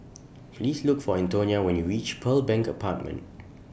Please Look For Antonia when YOU REACH Pearl Bank Apartment